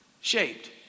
shaped